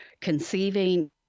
conceiving